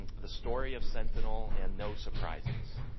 the story of sentinel and no surprises